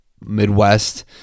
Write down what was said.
Midwest